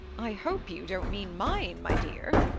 i hope you don't mean mine, my dear?